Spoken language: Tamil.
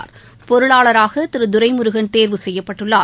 மு க பொருளாளராகதிருதுரைமுருகன் தேர்வு செய்யப்பட்டுள்ளார்